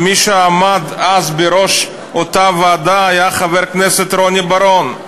ומי שעמד אז בראש אותה ועדה היה חבר הכנסת רוני בר-און.